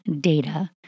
data